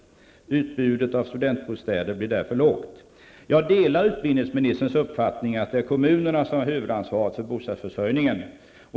Utbudet av studentbostäder blir därför lågt. Jag delar utbildningsministerns uppfattning att det är kommunerna som har huvudansvaret för bostadsförsörjningen.